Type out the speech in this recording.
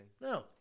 No